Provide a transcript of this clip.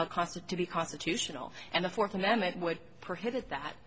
be constitutional and the fourth amendment would prohibit that